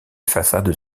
façades